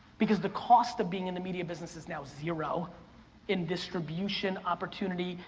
because the cost of being in the media business is now zero in distribution opportunity,